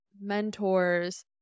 mentors